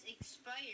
expired